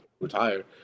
retire